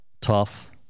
tough